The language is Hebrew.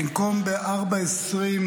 ב-04:20,